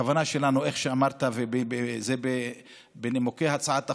הכוונה שלנו, כמו שאמרת, וזה בנימוקי הצעת החוק,